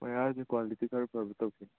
ꯋꯥꯏꯌꯔꯁꯦ quality ꯈꯔ ꯐꯕ ꯇꯧꯁꯦ